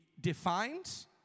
defines